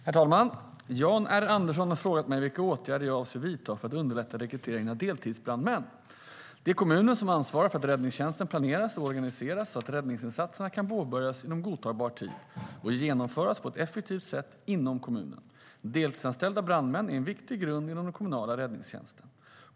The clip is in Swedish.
Herr talman! Jan R Andersson har frågat mig vilka åtgärder jag avser vidta för att underlätta för rekryteringen av deltidsbrandmän. Det är kommunen som ansvarar för att räddningstjänsten planeras och organiseras så att räddningsinsatserna kan påbörjas inom godtagbar tid och genomföras på ett effektivt sätt inom kommunen. Deltidsanställda brandmän är en viktig grund inom den kommunala räddningstjänsten.